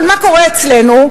אבל מה קורה אצלנו?